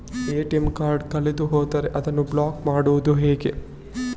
ATM card ಕಳೆದು ಹೋದರೆ ಅದನ್ನು ಬ್ಲಾಕ್ ಮಾಡುವುದು ಹೇಗೆ?